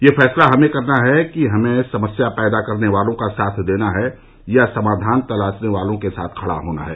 यह फैसला हमें करना है कि हमें समस्या पैदा करने वालों का साथ देना है या समाधान तलाशने वालों के साथ खड़ा होना है